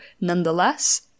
nonetheless